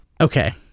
Okay